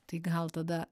tai gal tada